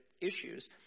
issues